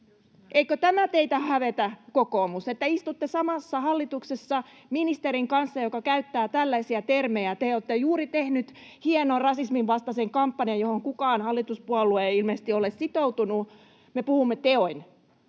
Eikö teitä, kokoomus, hävetä, että istutte samassa hallituksessa ministerin kanssa, joka käyttää tällaisia termejä? Te olette juuri tehneet hienon rasisminvastaisen kampanjan, johon mikään hallituspuolue ei ilmeisesti ole sitoutunut. Me puhumme teoin.